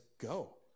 go